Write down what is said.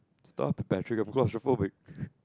stop the battery I'm claustrophobic